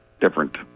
different